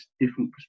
different